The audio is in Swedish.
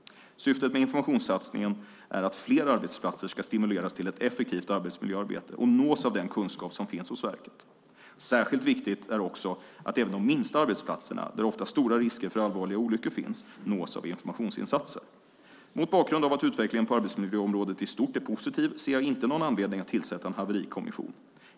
Syftet med informationssatsningen är att fler arbetsplatser ska stimuleras till ett effektivt arbetsmiljöarbete och nås av den kunskap som finns hos verket. Särskilt viktigt är också att även de minsta arbetsplatserna, där ofta stora risker för allvarliga olyckor finns, nås av informationsinsatser. Mot bakgrund av att utvecklingen på arbetsmiljöområdet i stort är positiv ser jag inte någon anledning att tillsätta en haverikommission.